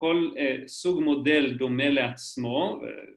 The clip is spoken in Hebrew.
‫כל סוג מודל דומה לעצמו.